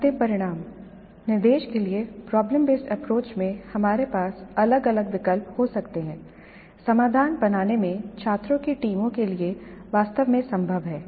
अंतिम परिणाम निर्देश के लिए प्रॉब्लम बेसड अप्रोच में हमारे पास अलग अलग विकल्प हो सकते हैं समाधान बनाने में छात्रों की टीमों के लिए वास्तव में संभव है